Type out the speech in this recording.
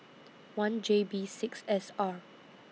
one J B six S R